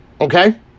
Okay